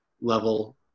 level